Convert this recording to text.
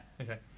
Okay